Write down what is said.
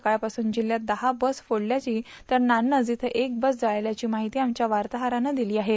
सकाळ पासून जिल्ह्यात दहा बस फोडल्याची तर नान्नज इयं एक बस जाळल्याची माहिती आमच्या वार्ताहरानं दिली आहे